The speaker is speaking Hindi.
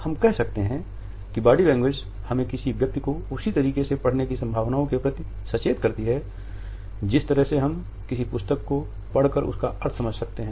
हम कह सकते हैं कि बॉडी लैंग्वेज हमें किसी व्यक्ति को उसी तरीके से पढ़ने की संभावनाओं के प्रति सचेत करती है जिस तरह से हम किसी पुस्तक को पढ़ कर उसका अर्थ समझ सकते हैं